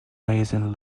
raisin